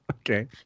Okay